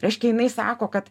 reiškia jinai sako kad